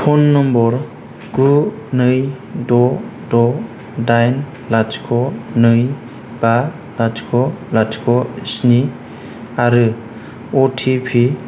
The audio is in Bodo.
फन नम्बर गु नै द' द' दाइन लाथिख' नै बा लाथिख' लाथिख' स्नि आरो अटिपि